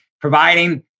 providing